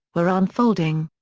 were unfolding.